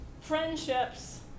friendships